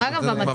היא רק במבוא.